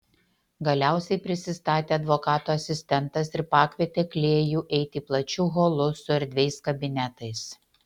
galiausiai prisistatė advokato asistentas ir pakvietė klėjų eiti plačiu holu su erdviais kabinetais